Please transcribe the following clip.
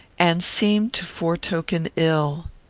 and seemed to foretoken ill.